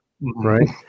Right